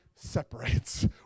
separates